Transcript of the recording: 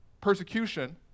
Persecution